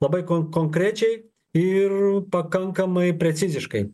labai konkrečiai ir pakankamai preciziškai